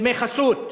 דמי חסות.